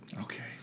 Okay